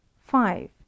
five